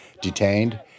detained